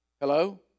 Hello